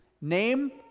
Name